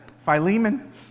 Philemon